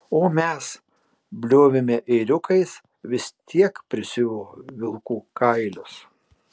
o mes bliovėme ėriukais vis tiek prisiuvo vilkų kailius